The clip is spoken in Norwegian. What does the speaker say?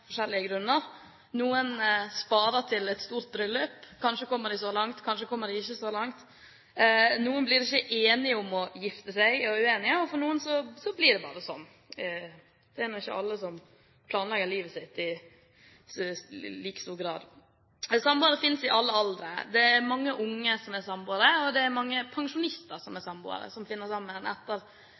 grunner, noen sparer til et stort bryllup – kanskje kommer de så langt, kanskje kommer de ikke så langt – noen blir ikke enige om å gifte seg og er uenige, og for noen så blir det bare sånn. Det er nå ikke alle som planlegger livet sitt i like stor grad. Samboere finnes i alle aldre. Det er mange unge som er samboere, og det er mange pensjonister som er samboere, som finner sammen etter